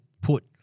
put